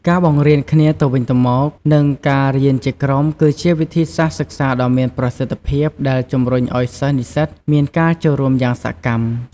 ការបង្រៀនគ្នាទៅវិញទៅមក និងការរៀនជាក្រុម គឺជាវិធីសាស្ត្រសិក្សាដ៏មានប្រសិទ្ធភាព ដែលជំរុញឲ្យសិស្សនិស្សិតមានការចូលរួមយ៉ាងសកម្ម។